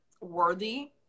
worthy